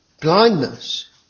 blindness